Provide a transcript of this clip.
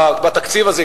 בתקציב הזה,